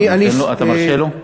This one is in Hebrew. אתה מרשה לו?